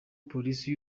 polisi